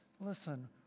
Listen